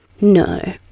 No